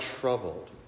troubled